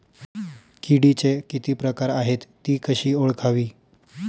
किडीचे किती प्रकार आहेत? ति कशी ओळखावी?